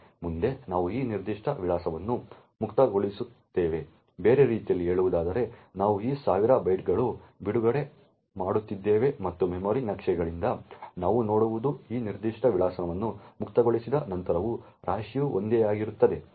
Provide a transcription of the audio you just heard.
ಮುಂದೆ ನಾವು ಆ ನಿರ್ದಿಷ್ಟ ವಿಳಾಸವನ್ನು ಮುಕ್ತಗೊಳಿಸುತ್ತೇವೆ ಬೇರೆ ರೀತಿಯಲ್ಲಿ ಹೇಳುವುದಾದರೆ ನಾವು ಈ ಸಾವಿರ ಬೈಟ್ಗಳನ್ನು ಬಿಡುಗಡೆ ಮಾಡುತ್ತಿದ್ದೇವೆ ಮತ್ತು ಮೆಮೊರಿ ನಕ್ಷೆಗಳಿಂದ ನೀವು ನೋಡುವುದು ಆ ನಿರ್ದಿಷ್ಟ ವಿಳಾಸವನ್ನು ಮುಕ್ತಗೊಳಿಸಿದ ನಂತರವೂ ರಾಶಿಯು ಒಂದೇ ಆಗಿರುತ್ತದೆ